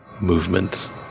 Movement